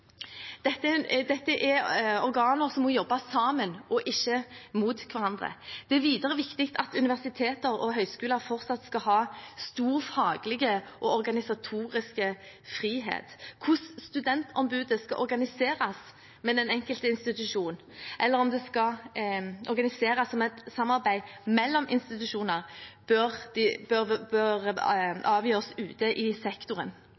Dette er organer som må jobbe sammen og ikke mot hverandre. Det er videre viktig at universiteter og høyskoler fortsatt skal ha stor faglig og organisatorisk frihet. Hvordan studentombudet skal organiseres i den enkelte organisasjon, eller om det skal organiseres som et samarbeid mellom institusjoner, bør avgjøres ute i sektoren.